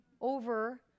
over